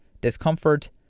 discomfort